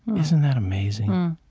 isn't that amazing?